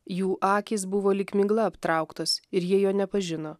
jų akys buvo lyg migla aptrauktos ir jie jo nepažino